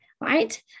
right